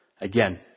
Again